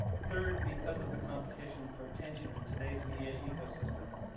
third, because of the competition for attention in today's media ecosystem,